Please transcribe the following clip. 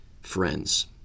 friends